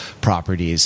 properties